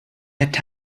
that